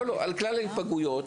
על כלל ההיפגעויות.